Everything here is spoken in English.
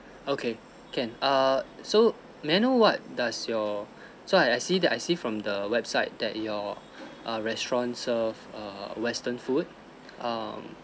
okay can err so may I know what does your so I I see that I see from the website that your uh restaurant serve err western food um